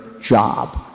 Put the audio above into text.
job